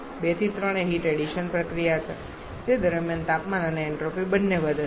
2 થી 3 એ heat addition ક્રિયા છે જે દરમિયાન તાપમાન અને એન્ટ્રોપી બંને વધે છે